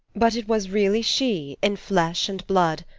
but it was really she in flesh and blood,